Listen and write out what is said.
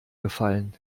gefallen